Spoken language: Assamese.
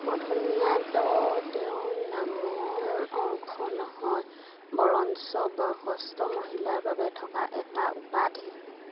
মূৰ্ধণ্য় ড তেওঁৰ নামৰ অংশ নহয় বৰঞ্চ বয়সস্থ মহিলাৰ বাবে থকা এটা উপাধি